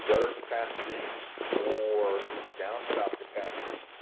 gutter capacity or the downspout capacity?